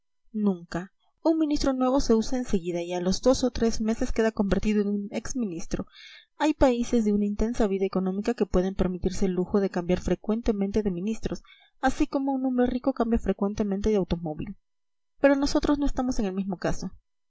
nunca un ministro nuevo se usa en seguida y a los dos o tres meses queda convertido en un ex ministro hay países de una intensa vida económica que pueden permitirse el lujo de cambiar frecuentemente de ministros así como un hombre rico cambia frecuentemente de automóvil pero nosotros no estamos en el mismo caso